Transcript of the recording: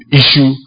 issue